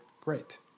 great